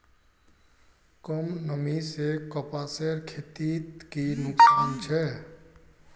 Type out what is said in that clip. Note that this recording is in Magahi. कम नमी से कपासेर खेतीत की की नुकसान छे?